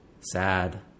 sad